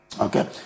Okay